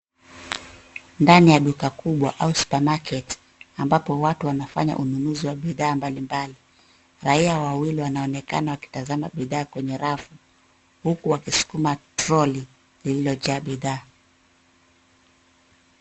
Ndani ya duka kubwa au supermarket ambapo watu wanafanya ununuzi wa bidhaa mbalimbali. Raia wawili wanaonekana wakitazama bidhaa kwenye rafu huku wakisukuma troli lililojaa bidhaa.